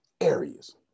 areas